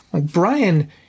Brian